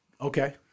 Okay